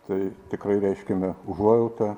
tai tikrai reiškiame užuojautą